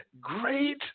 Great